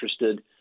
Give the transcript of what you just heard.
interested